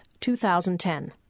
2010